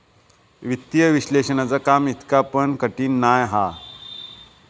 वित्तीय विश्लेषणाचा काम इतका पण कठीण नाय हा